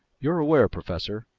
you're aware, professor,